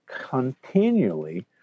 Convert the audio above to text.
continually